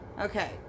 Okay